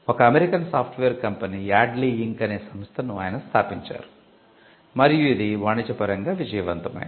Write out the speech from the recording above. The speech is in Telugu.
ఒక American software company Yodlee Inc అనే సంస్థను ఆయన స్థాపించారు మరియు ఇది వాణిజ్యపరంగా విజయవంతమైంది